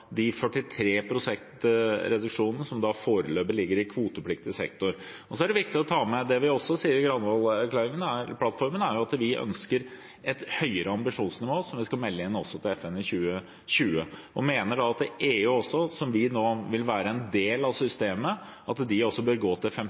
43 pst. reduksjonen som foreløpig ligger i kvotepliktig sektor. Det er viktig å ta med seg det vi også sier i Granavolden-plattformen, at vi ønsker et høyere ambisjonsnivå, som vi skal melde inn til FN i 2020. Vi mener også at EU, der vi nå vil være en del av systemet, bør gå til 55 pst. reduksjon. Det vil få konsekvenser for de